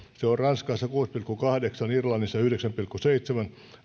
se on ranskassa kuusi pilkku kahdeksan irlannissa yhdeksän pilkku seitsemän